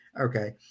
Okay